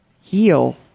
heal